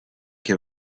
che